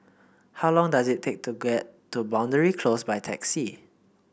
how long does it take to get to Boundary Close by taxi